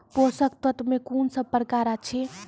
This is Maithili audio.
पोसक तत्व मे कून सब प्रकार अछि?